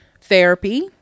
therapy